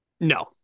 No